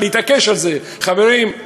להתעקש על זה: חברים,